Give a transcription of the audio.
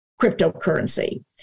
cryptocurrency